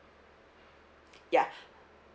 ya